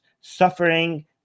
suffering